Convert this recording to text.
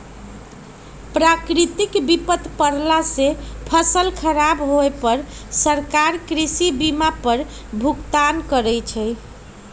प्राकृतिक विपत परला से फसल खराब होय पर सरकार कृषि बीमा पर भुगतान करत